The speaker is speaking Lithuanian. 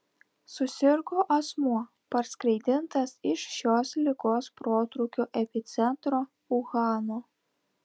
susirgo asmuo parskraidintas iš šios ligos protrūkio epicentro uhano